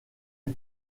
est